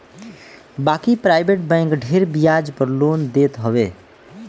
बाकी private bank ढेर बियाज पअ लोन देत हवे